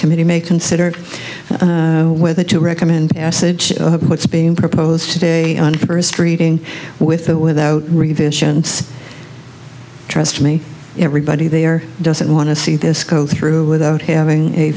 committee may consider whether to recommend passage of what's being proposed today on earth reading with or without revisions trust me everybody there doesn't want to see this go through without having a